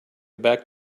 back